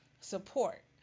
support